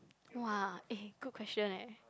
!wah! eh good question eh